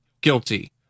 guilty